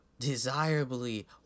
desirably